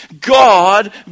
God